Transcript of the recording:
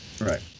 Right